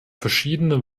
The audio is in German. verschiedene